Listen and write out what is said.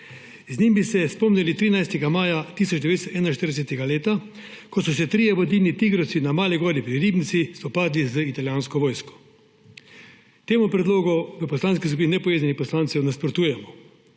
Z njim bi se spomnili 13. maja 1941, ko so se trije vodilni tigrovci na Mali gori pri Ribnici spopadli z italijansko vojsko. Temu predlogu v Poslanski skupini nepovezanih poslancev nasprotujemo.